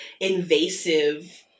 invasive